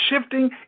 shifting